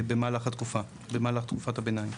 במהלך תקופת הביניים.